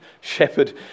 shepherd